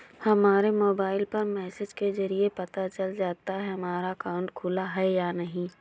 हमारे मोबाइल पर मैसेज के जरिये पता चल जाता है हमारा अकाउंट खुला है या नहीं